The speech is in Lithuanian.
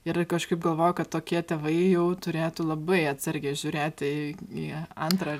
ir kažkaip galvoju kad tokie tėvai jau turėtų labai atsargiai žiūrėti į į antrą